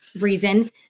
reason